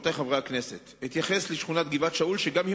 "נועם", שאינם